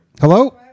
Hello